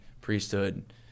priesthood